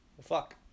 Fuck